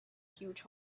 huge